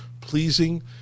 pleasing